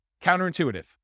Counterintuitive